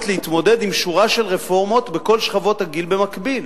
להתמודד עם שורה של רפורמות בכל שכבות הגיל במקביל,